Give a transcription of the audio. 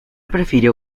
prefirió